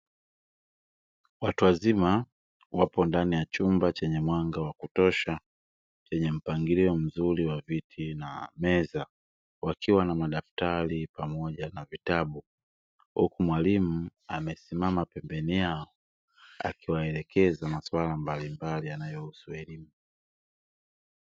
Watu wazima wapo ndani ya chumba chenye mwanga wa kutosha chenye mpangilio mzuri wa viti na meza, wakiwa na madaftari pamoja na vitabu huku mwalimu amesimama pembeni yao akiwaelekeza maswala mbalimbali yanayohusu elimu.